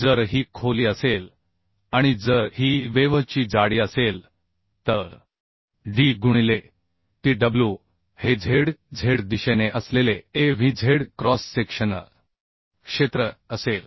जर ही खोली असेल आणि जर ही वेव्ह ची जाडी असेल तर d गुणिले Tw हे z z दिशेने असलेले A V z cross sectional क्षेत्र असेल